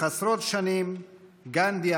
מכובדי יושב-ראש הכנסת חבר הכנסת יולי